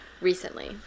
recently